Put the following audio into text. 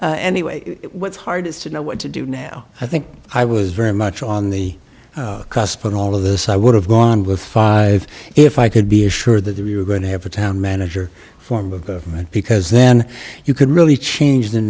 but anyway what's hard is to know what to do now i think i was very much on the cusp on all of this i would have gone with five if i could be assured that they were going to have a town manager form of government because then you could really change